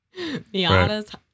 Miatas